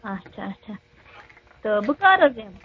اچھا اچھا تہٕ بہٕ کَر حظ یِمہٕ